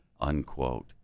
unquote